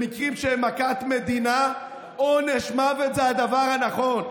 במקרים שהם מכת מדינה, עונש מוות זה הדבר הנכון.